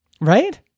right